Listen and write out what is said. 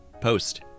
post